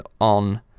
on